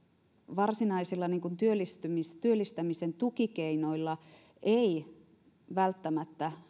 varsinaisilla työllistämisen työllistämisen tukikeinoilla ei välttämättä